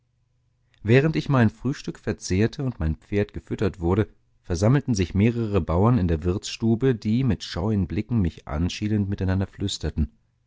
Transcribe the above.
während daß ich mein frühstück verzehrte und mein pferd gefüttert wurde versammelten sich mehrere bauern in der wirtsstube die mit scheuen blicken mich anschielend miteinander flüsterten